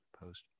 post